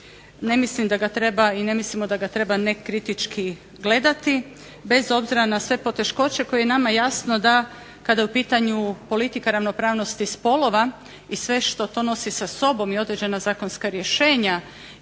Ne mislim da ga treba i ne mislimo da ga treba nekritički gledati bez obzira na sve poteškoće koje je nama jasno da kada je u pitanju politika ravnopravnosti spolova i sve što to nosi sa sobom i određena zakonska rješenja